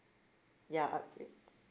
ya upgrade